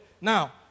Now